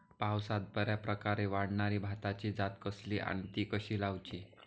पावसात बऱ्याप्रकारे वाढणारी भाताची जात कसली आणि ती कशी लाऊची?